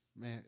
Man